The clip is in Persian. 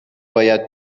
باید